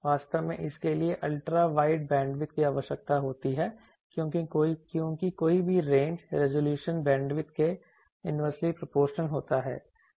वास्तव में इसके लिए अल्ट्रा वाइड बैंडविड्थ की आवश्यकता होती है क्योंकि कोई भी रेंज रिज़ॉल्यूशन बैंडविड्थ के इन्वर्सली प्रोपोर्शनल होता है